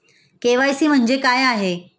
KYC म्हणजे काय आहे?